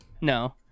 no